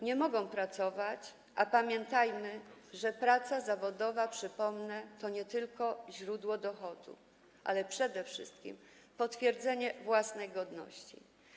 Nie mogą pracować, a pamiętajmy, że praca zawodowa, przypomnę, to nie tylko źródło dochodu, lecz przede wszystkim potwierdzenie własnej godności.